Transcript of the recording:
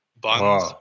buns